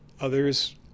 others